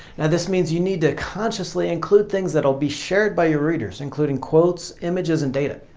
this means you need to consciously include things that will be shared by your readers including quotes, images and data.